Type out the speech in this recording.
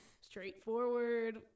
straightforward